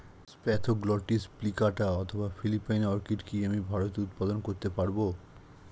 Spathoglottis plicata অথবা Philippine orchid কি আমি ভারতে উৎপাদন করতে পারবো?